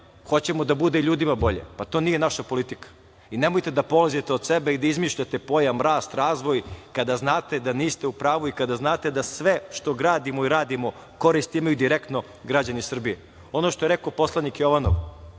hoćemo da bude ljudima bolje. To nije naša politika i nemojte da polazite od sebe i da izmišljate pojam rast, razvoj kada znate da niste u pravu i kada znate da sve što gradimo i radimo korist imaju direktno građani Srbije. Ono što je rekao poslanik Jovanov,